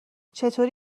چطوری